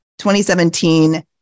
2017